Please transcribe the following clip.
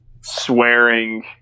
swearing